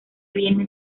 viene